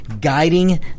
guiding